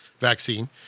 vaccine